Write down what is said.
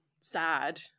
sad